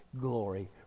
glory